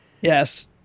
yes